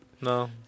No